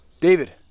David